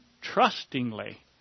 trustingly